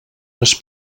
les